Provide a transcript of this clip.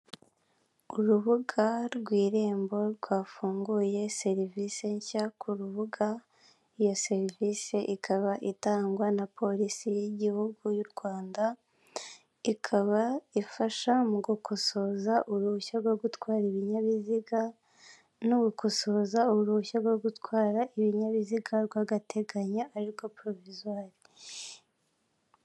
Urubuga rw'irembo rwafunguye serivisi nshya ku rubuga, iyo serivisi ikaba itangwa na polisi y'igihugu y'u Rwanda, ikaba ifasha mu gukosoza uruhushya rwo gutwara ibinyabiziga, no gukosoza uruhushya rwo gutwara ibinyabiziga rw'agateganyo, arirwo porovizwari.